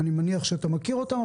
אני מניח שאתה מכיר אותן,